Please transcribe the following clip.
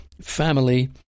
family